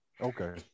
Okay